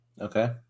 Okay